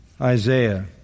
Isaiah